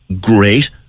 great